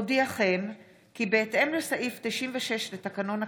אודיעכם כי בהתאם לסעיף 96 לתקנון הכנסת,